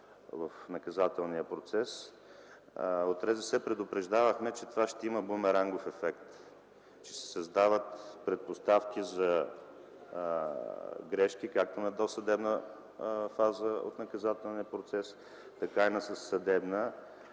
в наказателния процес, от РЗС предупреждавахме, че това ще има бумерангов ефект, че се създават предпоставки за грешки както на досъдебна фаза от наказателния процес, така и на съдебната